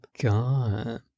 god